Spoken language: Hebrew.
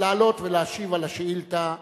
לעלות ולהשיב על השאילתא,